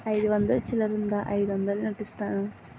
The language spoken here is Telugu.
అయిదు వందలు చిల్లరుందా అయిదొందలు నోటిస్తాను?